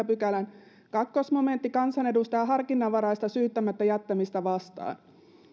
pykälän toinen momentti kansanedustajan harkinnanvaraista syyttämättä jättämistä vastaan